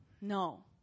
No